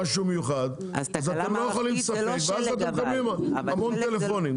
כבד באופן מיוחד, אז אתם מקבלים המון טלפונים.